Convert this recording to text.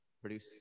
produce